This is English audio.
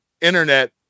internet